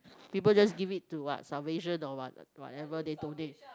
people just give it to what salvation or what whatever they donate